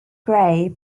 grey